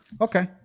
Okay